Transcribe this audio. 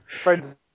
friends